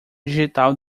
digital